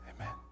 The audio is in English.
Amen